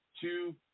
two